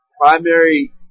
primary